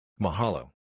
Mahalo